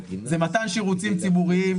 זה מתן שירותים ציבוריים,